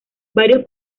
varios